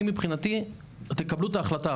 אני מבחינתי תקבלו את ההחלטה,